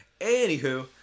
Anywho